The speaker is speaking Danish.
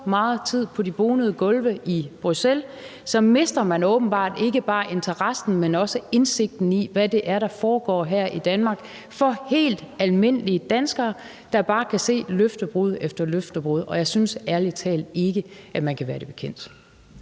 meget tid på de bonede gulve i Bruxelles. Så mister man åbenbart ikke bare interessen, men også indsigten i, hvad det er, der foregår her i Danmark for helt almindelige danskere, der bare kan se løftebrud efter løftebrud, og jeg synes ærlig talt ikke, at man kan være det bekendt.